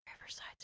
Riverside